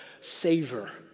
savor